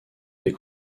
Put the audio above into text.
des